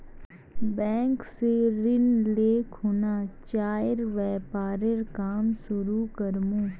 bank स ऋण ले खुना चाइर व्यापारेर काम शुरू कर मु